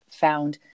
found